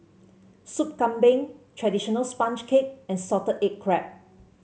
Soup Kambing traditional sponge cake and Salted Egg Crab